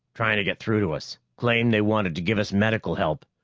trying to get through to us. claimed they wanted to give us medical help.